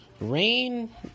Rain